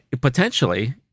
potentially